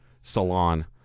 salon